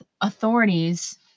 authorities